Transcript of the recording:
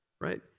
right